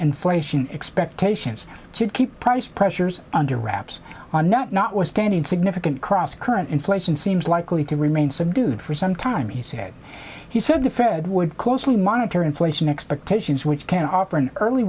inflation expectations should keep price pressures under wraps on not not was standing significant crosscurrent inflation seems likely to remain subdued for some time he said he said the fed would closely monitor inflation expectations which can of